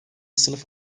sınıf